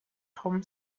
tom